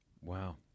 Wow